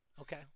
Okay